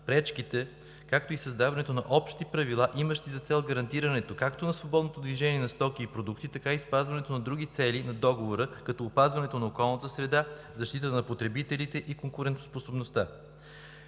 пречките, както и създаването на общи правила, имащи за цел гарантиране както на свободното движение на стоки и продукти, така и спазване на другите цели на Договора, като опазване на околната среда, защита на потребителите или на конкуренцията.